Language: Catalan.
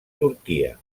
turquia